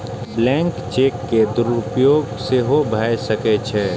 blank cheque के दुरुपयोग सेहो भए सकै छै